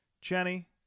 Jenny